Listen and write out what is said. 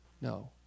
No